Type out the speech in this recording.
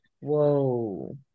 Whoa